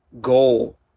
goal